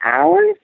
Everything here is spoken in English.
hours